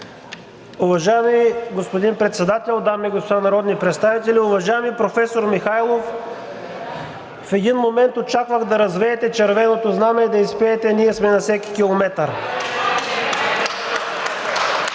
Уважаеми господин Председател, дами и господа народни представители! Уважаеми професор Михайлов, в един момент очаквах да развеете червеното знаме и да изпеете „Ние сме на всеки километър“